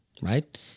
right